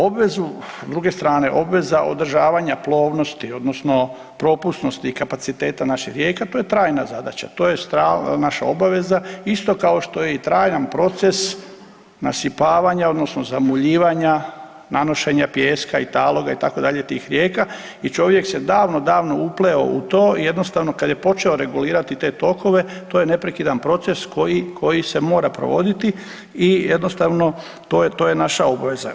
Obvezu, s druge strane obveza održavanja plovnosti odnosno propusnosti i kapaciteta naših rijeka, to je trajna zadaća, to je naša obaveza isto kao što je i trajan proces nasipavanja odnosno zamuljivanja nanošenja pijeska i taloga itd. tih rijeka i čovjek se davno, davno upleo u to i jednostavno kad je počeo regulirati te tokove to je neprekidan proces koji se mora provoditi i jednostavno to je naša obveza.